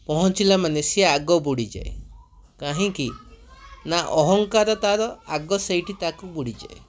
ପହଞ୍ଚିଲା ମାନେ ସିଏ ଆଗ ବୁଡ଼ିଯାଏ କାହିଁକି ନା ଅହଂକାର ଆଗ ସେଇଠି ତାକୁ ବୁଡ଼ିଯାଏ